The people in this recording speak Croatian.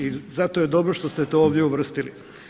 I zato je dobro što ste to ovdje uvrstili.